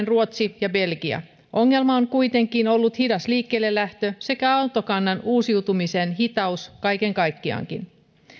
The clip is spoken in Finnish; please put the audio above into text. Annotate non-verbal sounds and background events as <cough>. <unintelligible> ruotsi ja belgia ongelmana on kuitenkin ollut hidas liikkeellelähtö sekä autokannan uusiutumisen hitaus kaiken kaikkiaankin